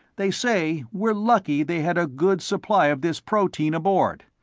they say we're lucky they had a good supply of this protein aboard.